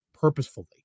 purposefully